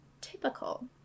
typical